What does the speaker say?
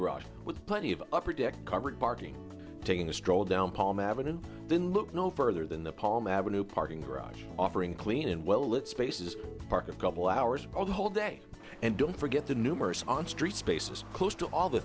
garage with plenty of upper deck covered parking taking a stroll down palm avenue then look no further than the palm avenue parking garage offering clean and well lit spaces park a couple hours on the whole day and don't forget the numerous on street spaces close to all the